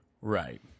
Right